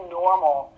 normal